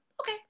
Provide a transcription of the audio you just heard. okay